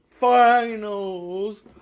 finals